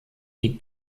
die